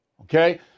okay